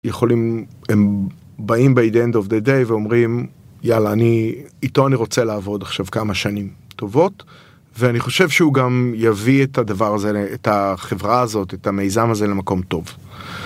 יכולים, הם באים בידי אינד אוף דה דיי ואומרים יאללה אני איתו אני רוצה לעבוד עכשיו כמה שנים טובות ואני חושב שהוא גם יביא את הדבר הזה, את החברה הזאת, את המיזם הזה למקום טוב